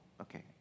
okay